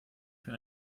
für